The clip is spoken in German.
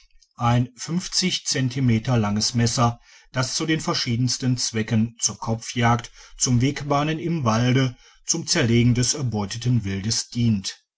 ein zentimeter langes messer das zu den verschiedensten zwecken zur kopfjagd zum wegbahnen im walde zum zerlegen des erbeuteten wildes dient